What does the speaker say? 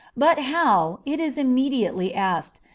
but how, it is immediately asked,